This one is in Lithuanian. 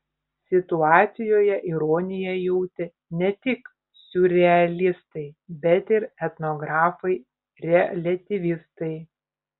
situacijoje ironiją jautė ne tik siurrealistai bet ir etnografai reliatyvistai